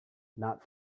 not